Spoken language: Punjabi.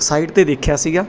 ਸਾਈਟ 'ਤੇ ਦੇਖਿਆ ਸੀਗਾ